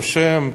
רושם,